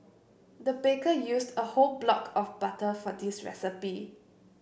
the baker used a whole block of butter for this recipe